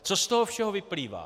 Co z toho všeho vyplývá.